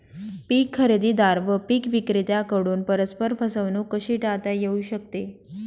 पीक खरेदीदार व पीक विक्रेत्यांकडून परस्पर फसवणूक कशी टाळता येऊ शकते?